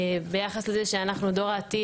ביחס לזה שאנחנו דור העתיד,